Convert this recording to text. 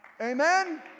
Amen